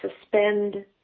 suspend